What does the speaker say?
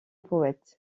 poète